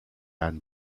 ann